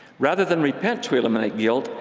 rather than repent to eliminate guilt,